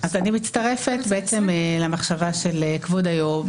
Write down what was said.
אני מצטרפת למחשבה של כבוד היושב-ראש.